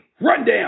Rundown